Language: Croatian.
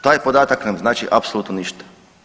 Taj podatak nam znači apsolutno ništa.